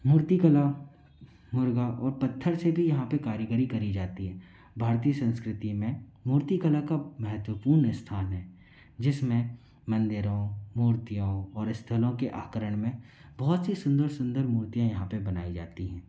मूर्ति कला मुर्गा और पत्थर से भी यहाँ पे कारीगरी करी जाती है भारतीय संस्कृति में मूर्ति कला का महत्वपूर्ण स्थान है जिसमें मंदिरों मूर्तियों और स्थलों के आकरण में बहुत सी सुंदर सुंदर मूर्तियाँ यहाँ पे बनाई जाती हैं